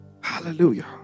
Hallelujah